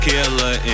Killer